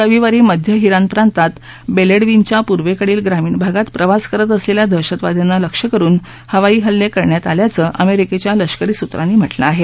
रविवारी मध्य हिरान प्रांतात बेलेडविनच्या पूर्वेकडील ग्रामीण भागात प्रवास करत असलेल्या या दहशतवाद्यांना लक्ष्य करून हवाई हल्ले करण्यात आल्याचं अमेरिकेच्या लष्करी सुत्रांनी म्हटलं आहे